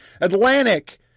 Atlantic